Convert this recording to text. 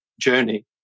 journey